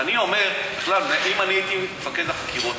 אם אני הייתי מפקד החקירות,